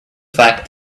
fact